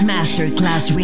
Masterclass